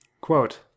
quote